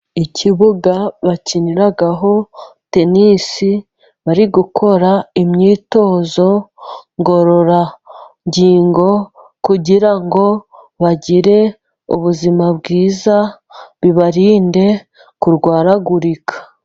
Ikibuga bakiniraho tenisi bari gukora imyitozo ngororangingo kugira ngo bagire ubuzima bwiza bibarinde kurwaragurika.